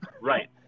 Right